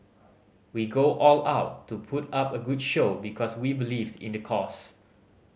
we go all out to put up a good show because we believed in the cause